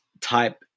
type